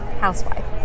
housewife